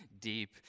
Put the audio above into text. deep